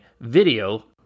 video